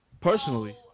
personally